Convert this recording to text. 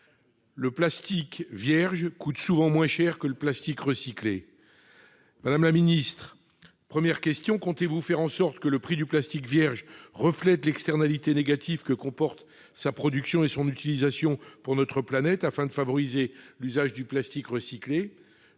le plastique vierge coûte souvent moins cher que le plastique recyclé, madame la Ministre, premières questions, comptez-vous faire en sorte que le prix du plastique vierge reflète l'externalités négatives que comporte sa production et son utilisation pour notre planète, afin de favoriser l'usage du plastique recyclé